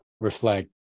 reflect